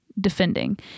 defending